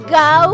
go